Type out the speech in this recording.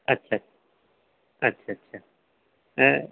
अच्छा अच्छा आं